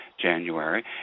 January